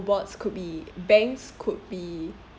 bots could be banks could be